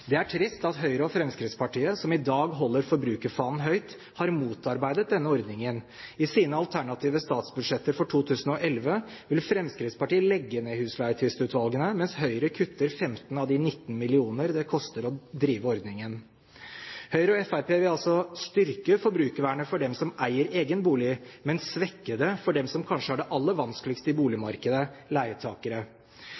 Det er trist at Høyre og Fremskrittspartiet, som i dag holder forbrukerfanen høyt, har motarbeidet denne ordningen. I sine alternative statsbudsjetter for 2011 ville Fremskrittspartiet legge ned husleietvistutvalgene, mens Høyre ville kutte 15 av de 19 mill. kr det koster å drive ordningen. Høyre og Fremskrittspartiet vil altså styrke forbrukervernet for dem som eier egen bolig, men svekke det for dem som kanskje har det aller vanskeligst i